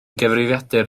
gyfrifiadur